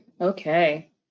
Okay